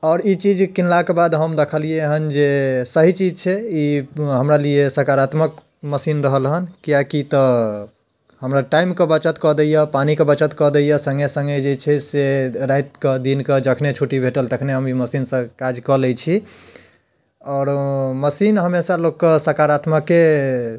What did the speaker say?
आओर ई चीज किनलाके बाद हम देखलियै हन जे सही चीज छै ई हमरा लिये सकारात्मक मशीन रहल हँ किएक कि तऽ हमरा टाइमके बचत कऽ दैये पानिके बचत कऽ दैय सङ्गे सङ्गे जे छै से रातिकऽ दिनकऽ जखने छुट्टी भेटल तखने हम ई मशीनसँ काज कऽ लै छी आओर मशीन हमेशा लोकके सकारात्मके